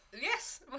Yes